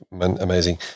amazing